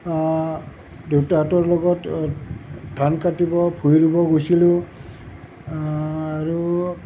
দেউতাহঁতৰ লগত ধান কাটিব ভূঁই ৰুব গৈছিলোঁ আৰু